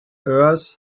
earth